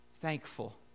thankful